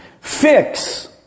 fix